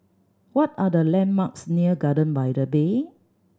what are the landmarks near Garden by the Bay